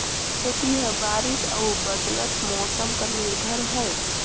खेती ह बारिश अऊ बदलत मौसम पर निर्भर हे